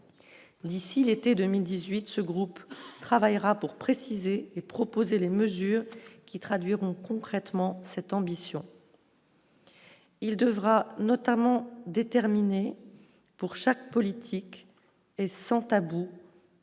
d'ici l'été 2018, ce groupe travaillera pour préciser et proposer des mesures qui traduiront concrètement cette ambition. Il devra notamment déterminer pour chaque politique et sans tabou,